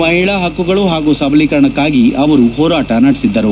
ಮಹಿಳಾ ಪಕ್ಷುಗಳು ಮತ್ತು ಸಬಲೀಕರಣಕ್ಕಾಗಿ ಅವರು ಹೋರಾಟ ನಡೆಸಿದ್ದರು